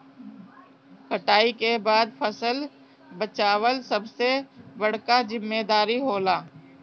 कटाई के बाद फसल बचावल सबसे बड़का जिम्मेदारी होला